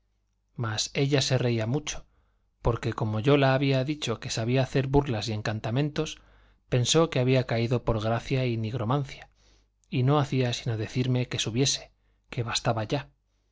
mas ella se reía mucho porque como yo la había dicho que sabía hacer burlas y encantamentos pensó que había caído por gracia y nigromancia y no hacía sino decirme que subiese que bastaba ya